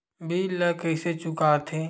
bill ला कइसे चुका थे